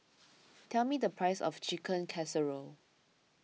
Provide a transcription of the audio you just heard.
tell me the price of Chicken Casserole